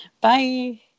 Bye